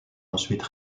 ensuite